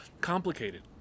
complicated